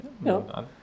No